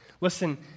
Listen